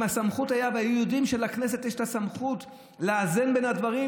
אם היו יודעים שלכנסת יש את הסמכות לאזן בין הדברים,